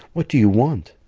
what do you want?